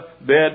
bed